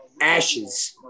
ashes